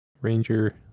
Ranger